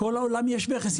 בכל העולם יש מכס,